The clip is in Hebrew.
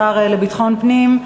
השר לביטחון פנים,